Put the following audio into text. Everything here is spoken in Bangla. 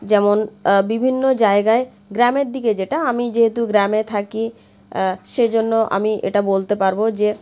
যেমন বিভিন্ন জায়গায় গ্রামের দিকে যেটা আমি যেহেতু গ্রামে থাকি সেজন্য আমি এটা বলতে পারবো যে